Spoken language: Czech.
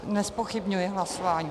Nezpochybňuji hlasování.